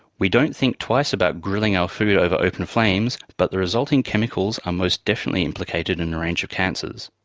we don't think twice about grilling our food over open flames but the resulting chemicals are most definitely implicated in a range of cancers.